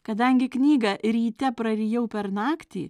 kadangi knygą ryte prarijau per naktį